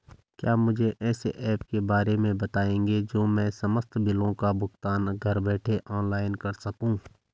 क्या मुझे ऐसे ऐप के बारे में बताएँगे जो मैं समस्त बिलों का भुगतान घर बैठे ऑनलाइन कर सकूँ?